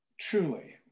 truly